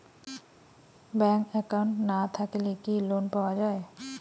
Bank account না থাকিলে কি লোন পাওয়া য়ায়?